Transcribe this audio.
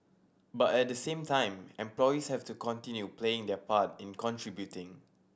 but at the same time employees have to continue playing their part in contributing